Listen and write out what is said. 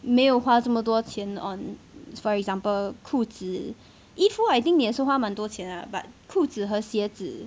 没有花这么多钱 on for example 裤子衣服 I think 你也是花蛮多钱 but 裤子和鞋子